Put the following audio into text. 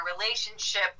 relationship